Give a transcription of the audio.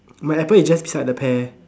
my apple is just beside the pear